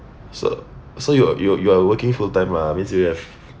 so so you you are working full-time ah means you have